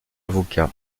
avocat